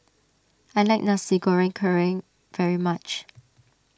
I like Nasi Goreng Kerang very much